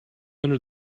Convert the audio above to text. under